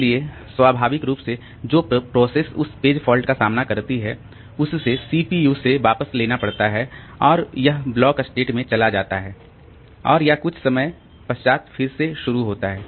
इसलिए स्वाभाविक रूप से जो प्रोसेस उस पेज फॉल्ट का सामना करती है उससे सीपीयू से वापस लेना पड़ता है और यह ब्लॉक स्टेट में चला जाता है और या कुछ समय पश्चात फिर से शुरू होता है